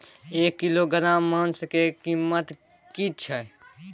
एक किलोग्राम मांस के कीमत की छै?